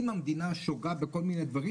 אם המדינה שוגה בכל מיני דברים,